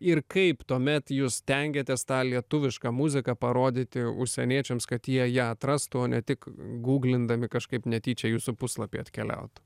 ir kaip tuomet jūs stengiatės tą lietuvišką muziką parodyti užsieniečiams kad jie ją atrastų o ne tik guglindami kažkaip netyčia į jūsų puslapį atkeliautų